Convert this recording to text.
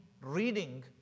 reading